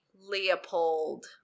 Leopold